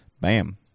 bam